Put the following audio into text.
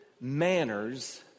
manners